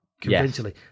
convincingly